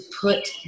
put